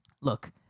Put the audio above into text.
Look